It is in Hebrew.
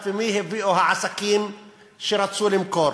ואת מי הביאו העסקים שרצו למכור.